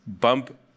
bump